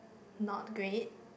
not great